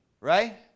right